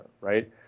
Right